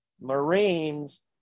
Marines